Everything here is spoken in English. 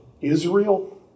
Israel